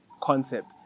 concept